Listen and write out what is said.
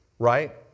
right